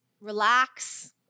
Relax